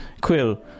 Quill